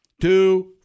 Two